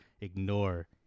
ignore